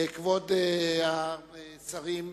כבוד השרים,